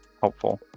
helpful